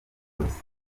yose